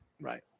Right